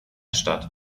stadt